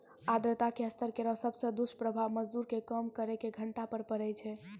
आर्द्रता के स्तर केरो सबसॅ दुस्प्रभाव मजदूर के काम करे के घंटा पर पड़ै छै